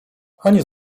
ani